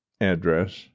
address